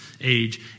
age